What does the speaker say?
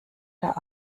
der